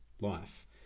life